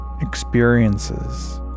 experiences